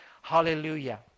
hallelujah